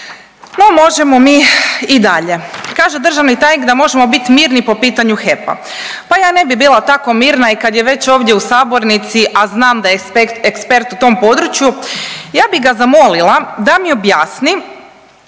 No možemo mi i dalje. Kaže državni tajnik da možemo bit mirni po pitanju HEP-a, pa ja ne bi bila tako mirna i kad je već ovdje u sabornici, a znam da je ekspert u tom području ja bi ga zamolila da mi objasni